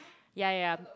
ya ya ya